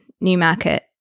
Newmarket